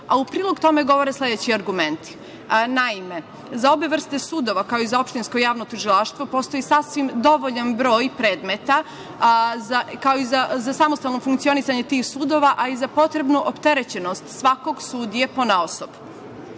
U prilog tome govore sledeći argumenti. Naime, za obe vrste sudova, kao i za opštinsko javno tužilaštvo postoji sasvim dovoljan broj predmeta, kao i za samostalno funkcionisanje tih sudova i za potrebnu opterećenost svakog sudije ponaosob.